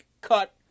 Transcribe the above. Cut